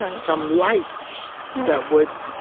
um some lights that would,